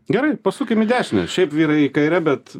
gerai pasukim į dešinę šiaip vyrai į kairę bet